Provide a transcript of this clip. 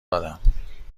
دادم